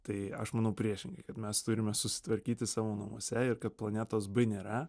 tai aš manau priešingai mes turime susitvarkyti savo namuose ir kad planetos b nėra